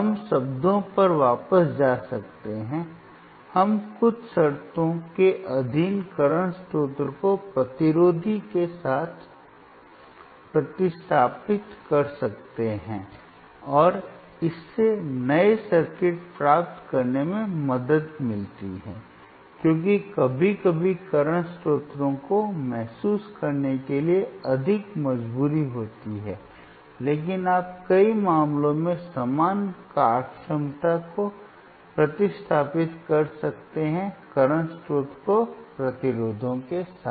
हम शब्दों पर वापस जा सकते हैं हम कुछ शर्तों के अधीन करंट स्रोत को प्रतिरोधी के साथ प्रतिस्थापित कर सकते हैं और इससे नए सर्किट प्राप्त करने में मदद मिलती है क्योंकि कभी कभी करंट स्रोतों को महसूस करने के लिए अधिक मजबूरी होती है लेकिन आप कई मामलों में समान कार्यक्षमता को प्रतिस्थापित कर सकते हैं करंट स्रोत को प्रतिरोधों के साथ